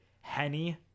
Henny